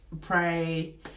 pray